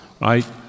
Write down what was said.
right